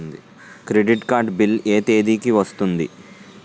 Credit card bill ఎ తేదీ కి వస్తుంది?